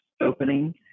opening